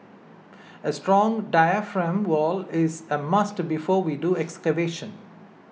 a strong diaphragm wall is a must before we do excavation